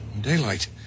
daylight